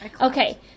okay